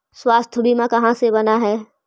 स्वास्थ्य बीमा कहा से बना है?